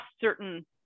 certain